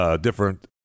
different